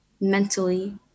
mentally